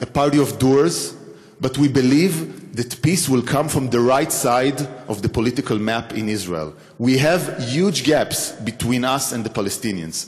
אנחנו רוצים שתביא כלים מעשיים למשא ומתן בינינו לבין הפלסטינים,